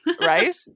Right